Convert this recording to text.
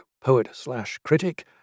poet-slash-critic